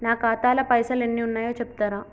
నా ఖాతా లా పైసల్ ఎన్ని ఉన్నాయో చెప్తరా?